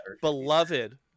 beloved